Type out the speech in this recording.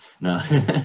No